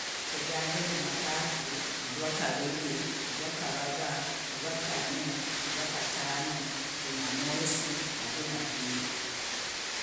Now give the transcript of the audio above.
Kujage, jumatatu, murwakaviri, murwakavaga, murwakane, murwakatano, jumamosi, jumapiri